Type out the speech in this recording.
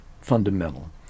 fundamental